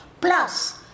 plus